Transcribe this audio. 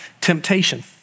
temptation